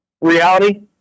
reality